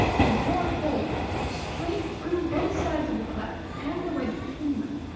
you bore a hole straight through both sides of the cleft and the wedge between them.